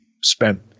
spent